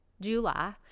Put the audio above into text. July